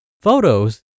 Photos